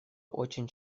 очень